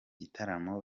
gitaramo